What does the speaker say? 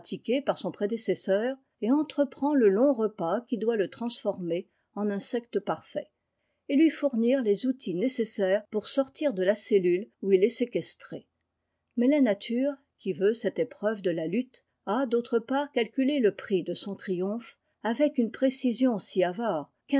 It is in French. par son prédécesseur et entreprend le long repas qui doit le transformer en insecte parfait et lui fournir les outils nécessaires pour sortir de la cellule où il est séquestré mais la nature qui veut cet te épreuve de la lutte a d'autre part calculé le prix de soa triomphe avec une précision si